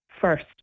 first